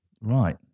Right